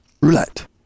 roulette